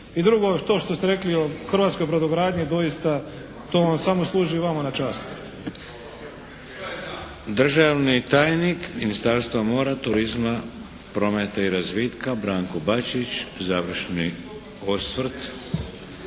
I drugo to što ste rekli o hrvatskoj brodogradnji, doista to vam samo služi vama na čast. **Šeks, Vladimir (HDZ)** Državni tajnik Ministarstva mora, turizma, prometa i razvitka Branko Bačić, završni osvrt.